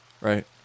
right